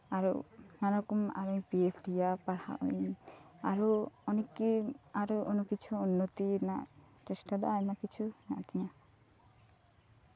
ᱱᱟᱱᱟ ᱨᱚᱠᱚᱢ ᱢᱟᱱᱮᱧ ᱯᱤ ᱮᱭᱤᱪ ᱰᱤ ᱭᱟ ᱯᱟᱲᱦᱟᱣ ᱟᱹᱧ ᱟᱨᱚ ᱚᱱᱮᱠ ᱠᱤ ᱚᱱᱱᱚ ᱠᱤᱪᱷᱩ ᱵᱷᱚᱨᱛᱤ ᱨᱮᱭᱟᱜ ᱪᱮᱥᱴᱟ ᱫᱚ ᱟᱭᱢᱟ ᱠᱤᱪᱷᱩ ᱦᱮᱱᱟᱜ ᱛᱤᱧᱟ